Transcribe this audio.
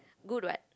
good what